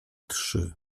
trzy